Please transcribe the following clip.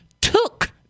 took